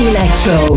Electro